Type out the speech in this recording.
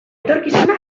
etorkizuna